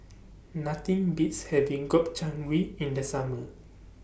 Nothing Beats having Gobchang Gui in The Summer